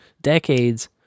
decades